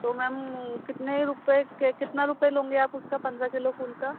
तो मैम कितने रुपये के कितना रुपये लोगे आप उसका पंद्रह किलो फूल का